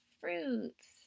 fruits